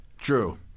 True